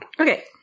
Okay